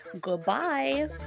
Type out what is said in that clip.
goodbye